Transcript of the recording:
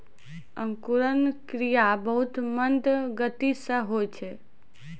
अंकुरन क्रिया बहुत मंद गति सँ होय छै